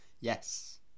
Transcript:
yes